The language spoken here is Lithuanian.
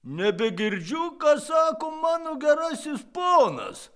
nebegirdžiu ką sako mano gerasis ponas